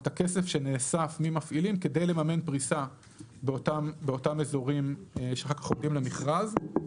הכסף שנאסף ממפעילים כדי לממן פריסה באותם אזורים שאחר כך עוברים למכרז.